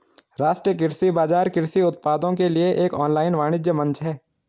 राष्ट्रीय कृषि बाजार कृषि उत्पादों के लिए एक ऑनलाइन वाणिज्य मंच है